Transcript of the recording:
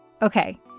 Okay